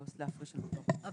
אבל